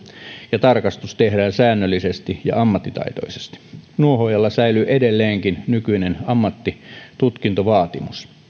ja tarkastus tehdään säännöllisesti ja ammattitaitoisesti nuohoojalla säilyy edelleen nykyinen ammattitutkintovaatimus